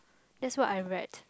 that's what I read